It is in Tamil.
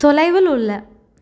தொலைவில் உள்ள